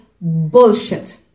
bullshit